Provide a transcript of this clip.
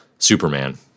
Superman